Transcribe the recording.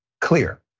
clear